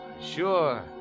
Sure